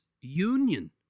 union